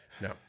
No